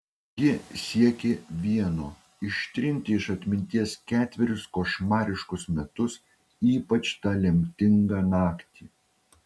ji siekė vieno ištrinti iš atminties ketverius košmariškus metus ypač tą lemtingą naktį